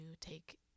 take